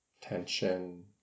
tension